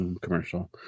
Commercial